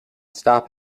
stop